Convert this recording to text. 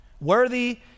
Worthy